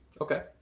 Okay